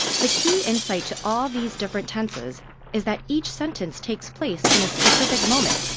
the key insight to all these different tenses is that each sentence takes place in a specific moment,